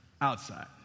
outside